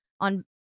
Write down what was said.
on